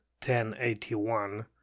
1081